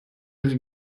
ihre